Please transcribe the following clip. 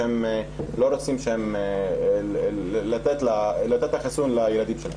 שהם לא רוצים לתת את החיסון לילדים שלהם.